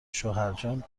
شوهرجان